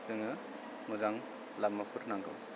जोंनो मोजां लामाफोर नांगौ